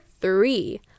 three